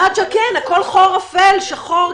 נכון, הכול חור אפל, שחור.